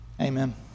Amen